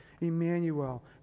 Emmanuel